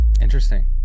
Interesting